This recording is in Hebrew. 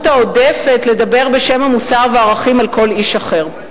העודפת לדבר בשם המוסר והערכים על כל איש אחר.